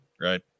right